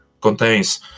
contains